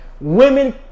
women